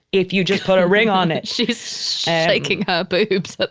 if you just put a ring on it she's shaking her boobs but